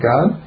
God